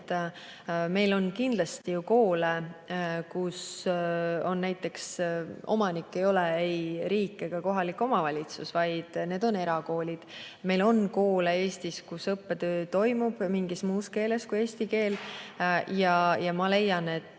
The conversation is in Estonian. Meil on kindlasti ka koole, kus omanik ei ole ei riik ega kohalik omavalitsus. Need on erakoolid. Meil on koole Eestis, kus õppetöö toimub mingis muus keeles kui eesti keel. Ja ma leian, et